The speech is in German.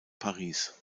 paris